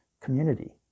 community